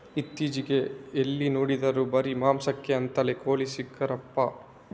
ಇತ್ತೀಚೆಗೆ ಎಲ್ಲಿ ನೋಡಿದ್ರೂ ಬರೀ ಮಾಂಸಕ್ಕೆ ಅಂತಲೇ ಕೋಳಿ ಸಾಕ್ತರಪ್ಪ